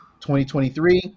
2023